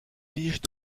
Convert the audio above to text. piges